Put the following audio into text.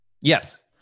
Yes